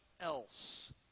else